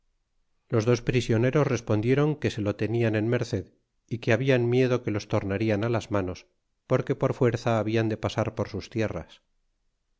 los dosy prisioneros respondieron que se lo tenian en merced y que hablan miedo que los tornarian al las manos porque por fuerza hablan de pasar por sus tierras